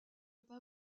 pin